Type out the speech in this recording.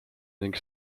ning